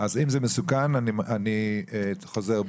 אז אם זה מסוכן אני חוזר בי.